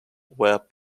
were